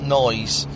noise